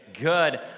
Good